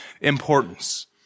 importance